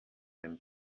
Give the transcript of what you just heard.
den